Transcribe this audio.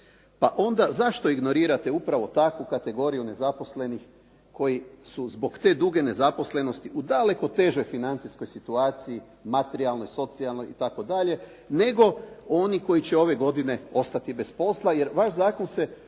Pa onda zašto ignorirate upravo takvu kategoriju nezaposlenih koji su zbog te duge nezaposlenosti u daleko težoj financijskoj situaciji, materijalnoj, socijalnoj itd., nego oni koji će ove godine ostati bez posla. Jer vaš zakon se